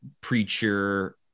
Preacher